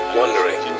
wondering